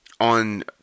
On